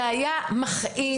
זה היה מכעיס,